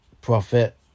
profit